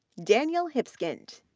daniel hipskind,